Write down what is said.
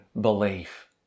belief